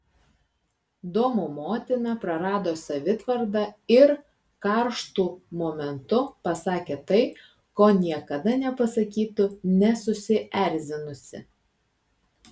domo motina prarado savitvardą ir karštu momentu pasakė tai ko niekada nepasakytų nesusierzinusi